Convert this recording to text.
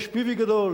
יש PV גדול,